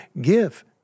give